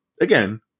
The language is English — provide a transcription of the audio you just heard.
again